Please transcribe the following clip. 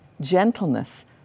gentleness